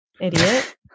idiot